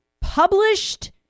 published